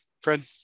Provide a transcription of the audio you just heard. Fred